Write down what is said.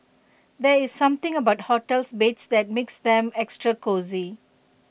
there's something about hotel's beds that makes them extra cosy